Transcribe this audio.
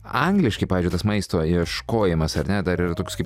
angliškai pavyzdžiui tas maisto ieškojimas ar ne dar yra toks kaip